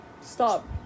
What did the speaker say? stop